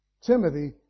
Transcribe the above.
Timothy